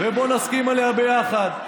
בוא נסכים עליה ביחד.